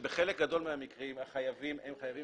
שבחלק גדול מן המקרים החייבים הם חייבים